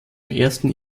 ersten